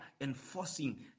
enforcing